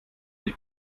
dich